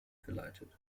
geleitet